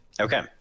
Okay